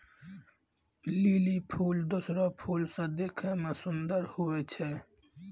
lily फूल दोसरो फूल से देखै मे सुन्दर हुवै छै